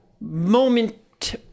moment